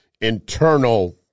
internal